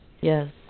Yes